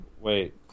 Wait